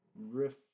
riff